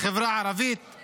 בפשיעה בחברה הערבית.